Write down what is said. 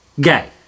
Gay